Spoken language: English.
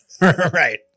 Right